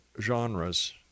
genres